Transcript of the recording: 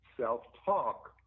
self-talk